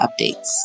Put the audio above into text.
updates